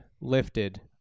lifted